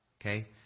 Okay